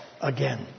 again